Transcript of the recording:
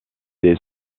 des